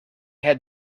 had